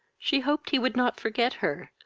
she hoped he would not forget her,